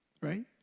right